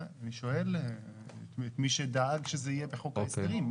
אני שואל את מי שדאג שזה יהיה בחוק ההסדרים.